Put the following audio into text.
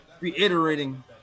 reiterating